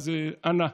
אז אנא,